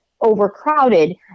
overcrowded